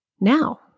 now